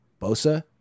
Bosa